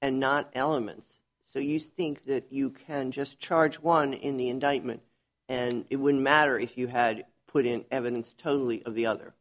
and not elements so you think that you can just charge one in the indictment and it wouldn't matter if you had put in evidence totally of the other